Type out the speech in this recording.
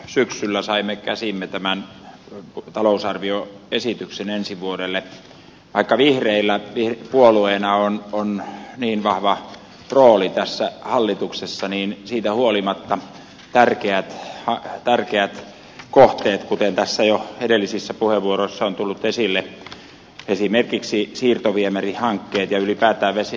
syksyllä saimme käsiimme tämän mutta talousarvio esitykseen ensi vuodelle arkadireilla niin puolueen on on niin vahva rooli tässä hallituksessa niin siitä huolimatta tärkeää on tärkeä kohteet kuten tässä jo edellisissä puheenvuoroissa on tullut esille esimerkiksi siirtoviemärihankkeet ylipäätään vesi